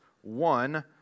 one